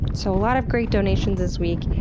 so, a lot of great donations this week,